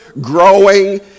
growing